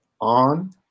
on